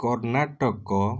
Karnataka